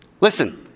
listen